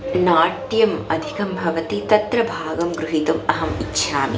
नाट्यम् अधिकं भवति तत्र भागं गृहीतुम् अहम् इच्छामि